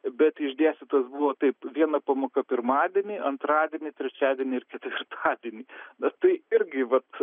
bet išdėstytos buvo taip viena pamoka pirmadienį antradienį trečiadienį ir ketvirtadienį bet tai irgi vat